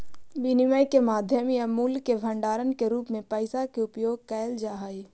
विनिमय के माध्यम या मूल्य के भंडारण के रूप में पैसा के उपयोग कैल जा हई